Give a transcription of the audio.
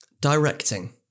Directing